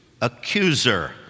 accuser